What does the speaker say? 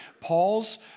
Paul's